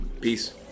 Peace